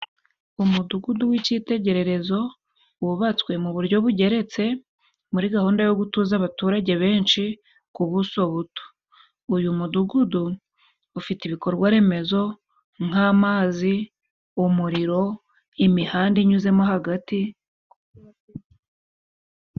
Umudugudu w'icitegererezo wubatswe mu buryo bugeretse muri gahunda yo gutuza abaturage benshi ku buso buto. Uyu mudugudu ufite ibikorwa remezo nk'amazi, umuriro, imihanda inyuzemo hagati.